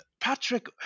Patrick